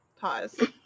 pause